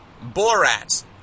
Borat